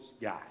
guy